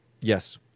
Yes